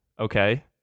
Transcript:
okay